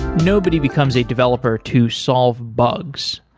nobody becomes a developer to solve bugs.